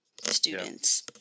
students